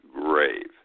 grave